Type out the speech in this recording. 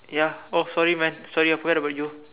ya oh sorry man sorry I forget about you